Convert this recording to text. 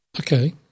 Okay